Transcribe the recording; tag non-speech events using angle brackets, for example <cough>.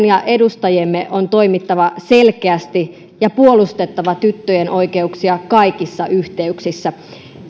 <unintelligible> ja edustajiemme on toimittava selkeästi ja puolustettava tyttöjen oikeuksia kaikissa yhteyksissä